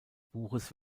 buches